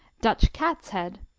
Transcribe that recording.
dutch cat's head.